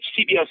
CBS